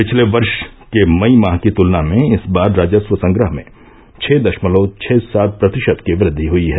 पिछले वर्ष के मई माह की तुलना में इस बार राजस्व संग्रह में छह दशमलव छह सात प्रतिशत की वृद्वि हुई है